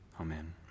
Amen